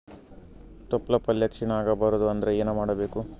ತೊಪ್ಲಪಲ್ಯ ಕ್ಷೀಣ ಆಗಬಾರದು ಅಂದ್ರ ಏನ ಮಾಡಬೇಕು?